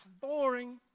boring